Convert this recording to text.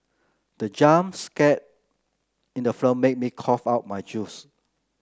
the jump scare in the film made me cough out my juice